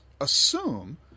assume